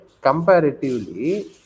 comparatively